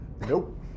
Nope